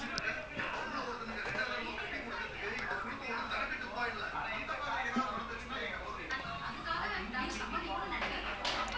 is legit like you run right like especially like சில பேர் சில நாளுல மழ மழை பெய்ய போது:sila paer sila naalula mala malai peiya pothu the weight of the thing because is like so how to say like